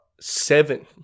seven